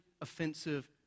offensive